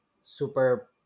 super